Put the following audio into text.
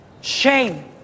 Shame